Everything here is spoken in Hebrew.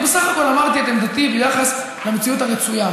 אני בסך הכול אמרתי את עמדתי ביחס למציאות הרצויה,